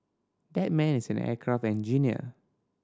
that man is an aircraft engineer